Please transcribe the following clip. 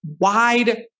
wide